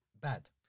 Bad